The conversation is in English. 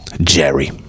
Jerry